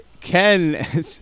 Ken